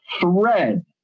thread